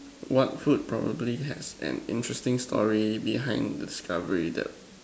what food probably has an interesting story behind the discovery that